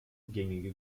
gängige